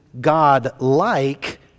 God-like